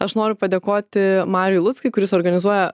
aš noriu padėkoti mariui luckui kuris organizuoja